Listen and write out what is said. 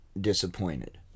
disappointed